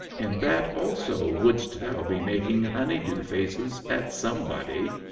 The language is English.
in that also wouldst thou be making honey-dew faces at somebody.